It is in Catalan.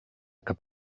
cap